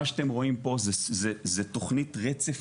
מה שאתם רואים פה זה זה זה תוכנית רצף